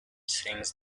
sings